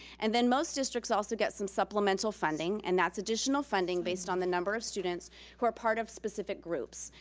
and then most districts also get some supplemental funding. and that's additional funding based on the number of students who are part of specific groups,